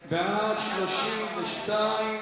של בעל-חיים), התשס"ט 2009,